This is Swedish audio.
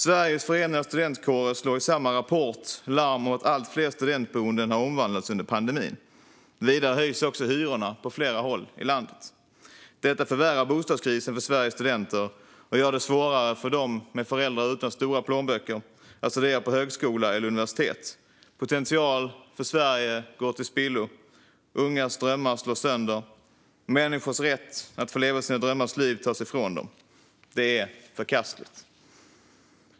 Sveriges förenade studentkårer slår i samma rapport larm om att allt fler studentboenden har omvandlats under pandemin. Vidare höjs hyrorna på flera håll i landet. Detta förvärrar bostadskrisen för Sveriges studenter och gör det svårare för dem med föräldrar utan tjocka plånböcker att studera på högskola eller universitet. Potential för Sverige går till spillo. Ungas drömmar slås sönder. Människors rätt att få leva sina drömmars liv tas ifrån dem. Det är förkastligt.